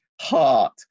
heart